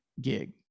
gig